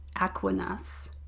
Aquinas